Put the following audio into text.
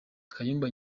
kayumba